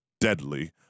deadly